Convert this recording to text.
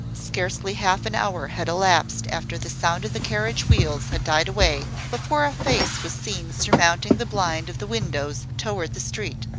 scarcely half an hour had elapsed after the sound of the carriage wheels had died away, before a face was seen surmounting the blind of the windows towards the street.